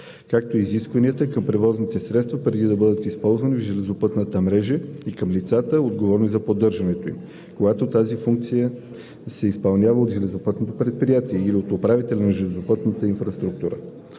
както и изискванията към превозните средства преди да бъдат използвани в железопътната мрежа и към лицата, отговорни за поддържането им, когато тези функции се изпълняват от железопътно предприятие или от управител на железопътната инфраструктура.